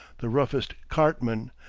the roughest cartman,